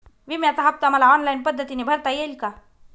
विम्याचा हफ्ता मला ऑनलाईन पद्धतीने भरता येईल का?